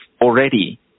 already